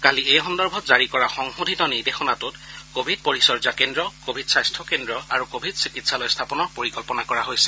কালি এই সন্দৰ্ভত জাৰি কৰা সংশোধিত নিৰ্দেশনাটোত কোৱিড পৰিচৰ্যা কেন্দ্ৰ কোৱিড স্বাস্থ্য কেন্দ্ৰ আৰু কোৱিড চিকিৎসালয় স্থাপনৰ পৰিকল্পনা কৰা হৈছে